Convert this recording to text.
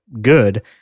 good